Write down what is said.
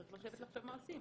צריך לחשוב מה עושים,